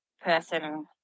person